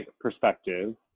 perspective